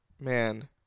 Man